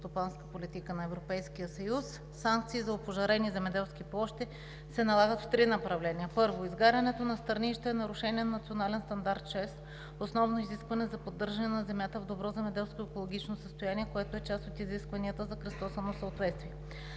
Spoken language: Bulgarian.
санкции за опожарени земеделски площи се налагат в три направления. Първо, изгарянето на стърнища е нарушение на Национален стандарт 6 „Основно изискване за поддържане на земята в добро земеделско и екологично състояние“, което е част от изискванията за кръстосано съответствие.